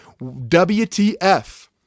WTF